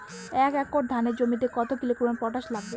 এক একর ধানের জমিতে কত কিলোগ্রাম পটাশ লাগে?